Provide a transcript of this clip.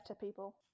people